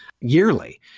yearly